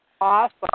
Awesome